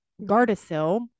Gardasil